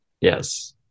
Yes